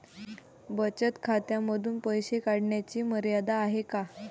बचत खात्यांमधून पैसे काढण्याची मर्यादा आहे का?